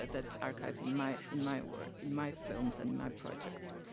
that archive, in my, in my work, in my films and my projects.